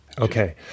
Okay